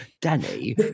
Danny